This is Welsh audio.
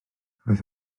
roedd